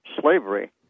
slavery